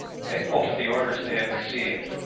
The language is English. faithful to the orders they had received,